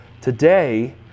Today